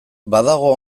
badago